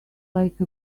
like